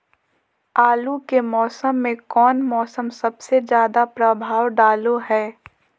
आलू के फसल में कौन मौसम सबसे ज्यादा प्रभाव डालो हय?